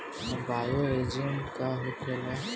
Bio agent का होखेला?